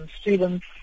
students